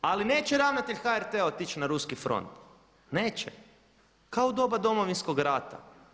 Ali neće ravnatelj HRT-a otići na ruski front, neće, kao u doba domovinskog rata.